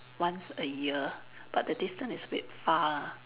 once a year but the distance is a bit far lah